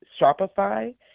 Shopify